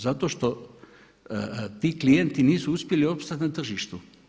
Zato što ti klijenti nisu uspjeli opstati na tržištu.